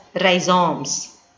rhizomes